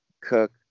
cook